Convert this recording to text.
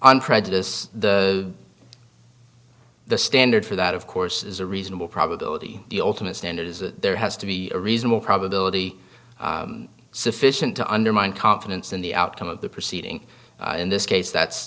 on prejudice the the standard for that of course is a reasonable probability the ultimate standard is there has to be a reasonable probability sufficient to undermine confidence in the outcome of the proceeding in this case that's